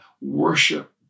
worship